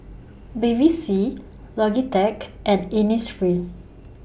Bevy C Logitech and Innisfree